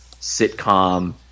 sitcom